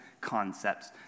concepts